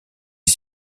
est